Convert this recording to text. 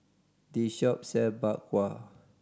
this shop sell Bak Kwa